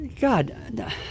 God